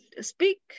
Speak